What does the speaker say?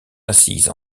assise